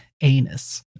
Anus